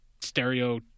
stereo